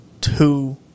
two